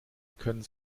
können